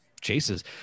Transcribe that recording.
chases